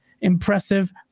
Impressive